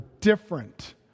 different